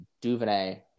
DuVernay